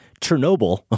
Chernobyl